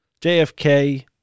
JFK